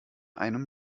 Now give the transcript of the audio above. einem